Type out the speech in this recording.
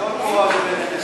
טול קורה מבין עיניך.